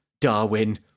darwin